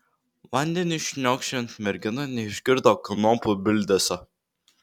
vandeniui šniokščiant mergina neišgirdo kanopų bildesio